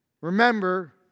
Remember